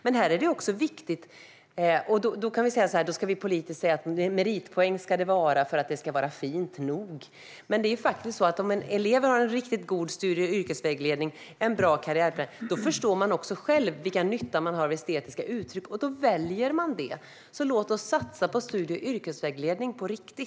Man kan politiskt säga att det ska vara meritpoäng för att det ska vara fint nog. Men om elever har en riktigt god studie och yrkesvägledning och en bra karriärplan förstår de också själva vilken nytta de har av estetiska uttryck, och då väljer de ett sådant ämne. Så låt oss satsa på studie och yrkesvägledning på riktigt!